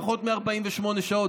פחות מ-48 שעות,